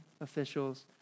officials